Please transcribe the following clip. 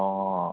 অ'